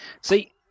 See